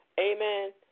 Amen